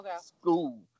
school